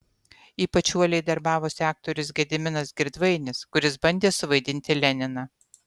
ypač uoliai darbavosi aktorius gediminas girdvainis kuris bandė suvaidinti leniną